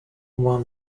won